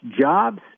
jobs